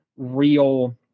real